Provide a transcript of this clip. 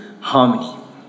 harmony